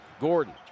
Gordon